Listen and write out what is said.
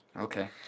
Okay